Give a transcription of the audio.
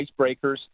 icebreakers